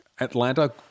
Atlanta